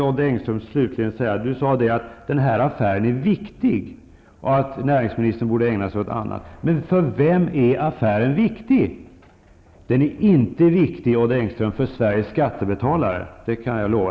Odd Engström sade att den här affären är viktig och att näringsministern borde ägna sig åt annat. Men för vem är affären viktig? Den är inte viktig, Odd Engström, för Sveriges skattebetalare. Det kan jag lova.